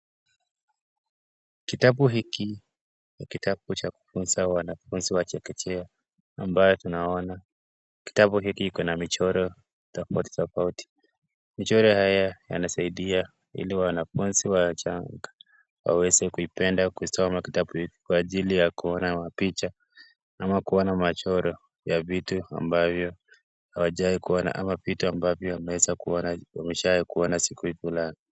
Kitabu hiki ni kitabu cha kufunza wanafunzi wa chekechea ambayo tunaona, kitabu hiki iko na michoro tofauti tofauti, michioro haya yanasaidia ili wanafunzi wachanga waweze kuipenda kusoma kitabu hiki kwa ajili ya kuona picha ama kuwa na michoro ya vitu ambavyo hawajawai kuona ama vitu ambavyo ameweza ameshawahi kuona siku fulani.